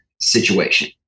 situation